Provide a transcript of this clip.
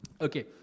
Okay